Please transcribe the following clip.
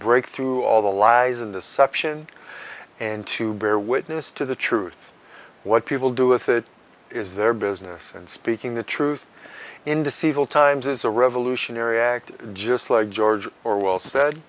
break through all the lies and deception and to bear witness to the truth what people do with it is their business and speaking the truth into civil times is a revolutionary act just like george orwell said